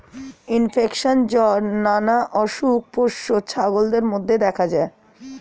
infection, জ্বর নানা অসুখ পোষ্য ছাগলদের মধ্যে দেখা যায়